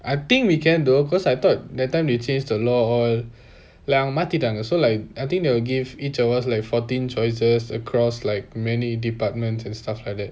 I think we can though cause I thought that time they change the law all like அவங்க மாதிட்டாங்க:avanga maathitanga so like I think they will give each of us like fourteen choices across like many departments and stuff like that